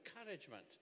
encouragement